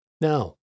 Now